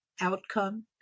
outcome